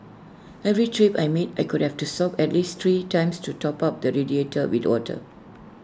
every trip I made I could have to stop at least three times to top up the radiator with water